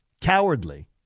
Cowardly